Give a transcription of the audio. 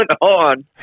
on